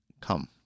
come